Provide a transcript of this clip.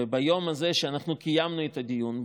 וביום הזה שאנחנו קיימנו את הדיון,